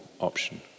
option